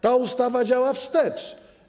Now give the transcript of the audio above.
Ta ustawa działa wstecz.